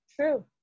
True